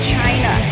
China